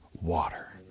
water